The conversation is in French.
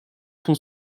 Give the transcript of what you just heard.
pont